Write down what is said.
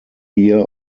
here